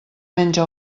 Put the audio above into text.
menja